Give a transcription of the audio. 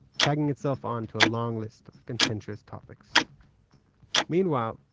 tagging itself on to a long list of contentious topics meanwhile,